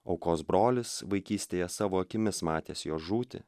aukos brolis vaikystėje savo akimis matęs jo žūtį